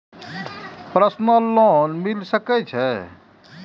Personal loan मिल सके छे?